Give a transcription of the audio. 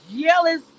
jealous